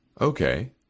Okay